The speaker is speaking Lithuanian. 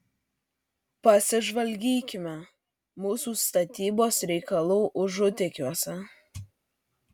pasižvalgykime mūsų statybos reikalų užutėkiuose